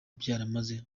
byaramaze